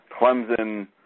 Clemson